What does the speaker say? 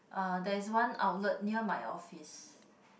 uh there is one outlet near my office